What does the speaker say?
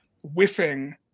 whiffing